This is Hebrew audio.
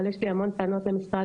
אבל יש לי המון טענות למשרד